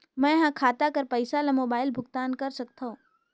मैं ह खाता कर पईसा ला मोबाइल भुगतान कर सकथव?